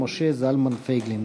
משה זלמן פייגלין.